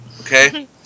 Okay